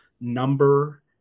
number